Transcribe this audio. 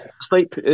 Sleep